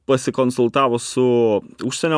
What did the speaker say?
pasikonsultavo su užsienio